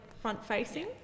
front-facing